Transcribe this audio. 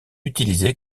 utilisé